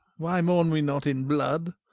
why mourn we not in blood?